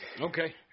okay